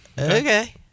okay